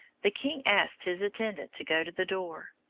the king asked his attendant to go to the door.